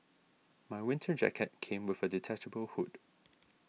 my winter jacket came with a detachable hood